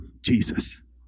Jesus